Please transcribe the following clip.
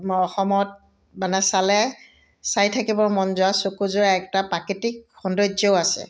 আমাৰ অসমত মানে চালে চাই থাকিব মন যোৱা চকুযোৰা একটা প্ৰাকৃতিক সৌন্দৰ্যও আছে